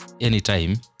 anytime